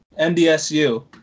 NDSU